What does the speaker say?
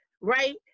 right